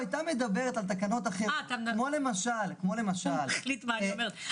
הוא מחליט למה אני מתכוונת.